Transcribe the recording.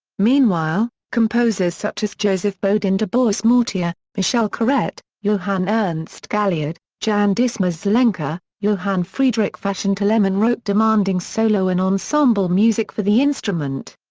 meanwhile, composers such as joseph bodin de boismortier, michel corrette, johann ernst galliard, jan dismas zelenka, johann friedrich fasch fasch and telemann wrote demanding solo and ensemble music for the instrument.